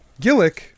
Gillick